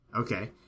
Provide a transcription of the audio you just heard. Okay